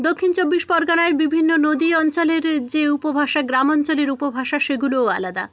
দক্ষিণ চব্বিশ পরগনায় বিভিন্ন নদী অঞ্চলের যে উপভাষা গ্রাম অঞ্চলের উপভাষা সেগুলোও আলাদা